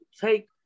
take